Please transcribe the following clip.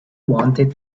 wanted